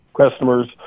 customers